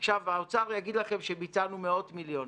עכשיו, האוצר יגיד לכם שביצענו מאות מיליונים.